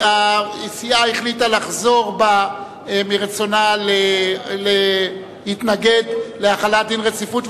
הסיעה החליטה לחזור בה מרצונה להתנגד להחלת דין רציפות,